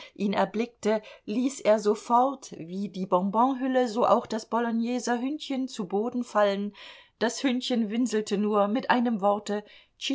ihn erblickte ließ er sofort wie die bonbonhülle so auch das bologneser hündchen zu boden fallen das hündchen winselte nur mit einem worte